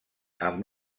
amb